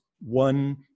one